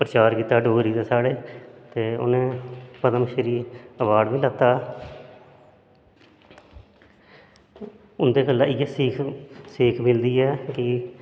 प्रचार कीता डोगरीते उनें पदमश्री अवार्ड़ बी लैत्ता उंदै कोला दा इयै सीख मिलदी ऐ कि